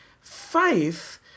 faith